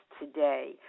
today